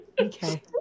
Okay